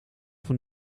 van